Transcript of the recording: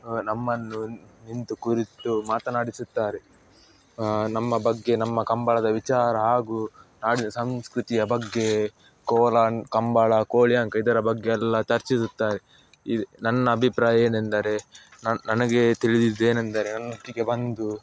ನಮ್ಮನ್ನು ನಿಂತು ಕುರಿತು ಮಾತನಾಡಿಸುತ್ತಾರೆ ನಮ್ಮ ಬಗ್ಗೆ ನಮ್ಮ ಕಂಬಳದ ವಿಚಾರ ಹಾಗೂ ನಾಡಿನ ಸಂಸ್ಕೃತಿಯ ಬಗ್ಗೆ ಕೋಲ ಕಂಬಳ ಕೋಳಿ ಅಂಕ ಇದರ ಬಗ್ಗೆ ಎಲ್ಲ ಚರ್ಚಿಸುತ್ತಾರೆ ಇದು ನನ್ನ ಅಭಿಪ್ರಾಯ ಏನೆಂದರೆ ನನ್ನ ನನಗೆ ತಿಳಿದಿದ್ದೇನೆಂದರೆ ನನ್ನೊಟ್ಟಿಗೆ ಬಂದು